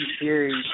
series